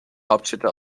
hauptstädte